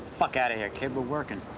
fuck outta here, kid, we're workin'.